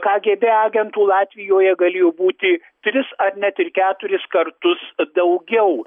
kagėbė agentų latvijoje galėjo būti tris ar net ir keturis kartus daugiau